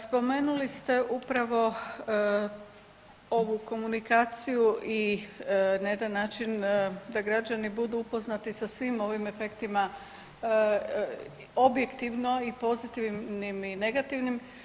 Spomenuli ste upravo ovu komunikaciju i na jedan način da građani budu upoznati sa svim ovim efektima objektivno i pozitivnim i negativnim.